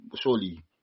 Surely